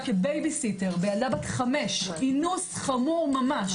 כבייביסיטר בילדה בת 5. אינוס חמור ממש.